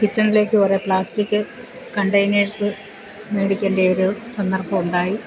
കിച്ചണിലേക്ക് കുറേ plastic containers മേടിക്കേണ്ടിയ ഒരു സന്ദർഭം ഉണ്ടായി